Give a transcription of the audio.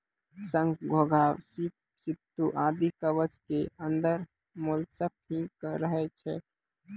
शंख, घोंघा, सीप, सित्तू आदि कवच के अंदर मोलस्क ही रहै छै